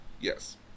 Yes